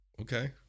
Okay